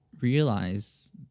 realize